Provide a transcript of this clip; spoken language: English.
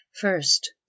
First